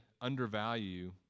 undervalue